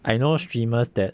I know streamers that